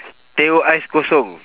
teh O ice kosong